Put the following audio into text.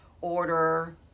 order